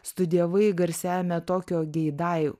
studijavai garsiajame tokijo geidai